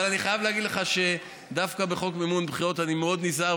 אבל אני חייב להגיד לך שדווקא בחוק מימון בחירות אני מאוד נזהר,